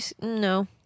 No